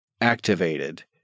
activated